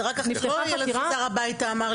זה לא ילד חזר הביתה,